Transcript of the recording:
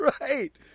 Right